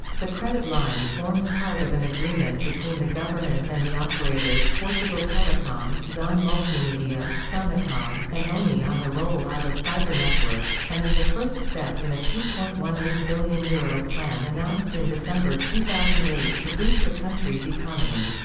the credit line forms part of an agreement between the government and the operators portugal telecom, zon multimedia, sonaecom, and oni on the roll-out of fibre networks, and is the first step in a two point one eight billion euro plan announced in december two thousand and eight to boost the country's economy.